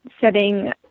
setting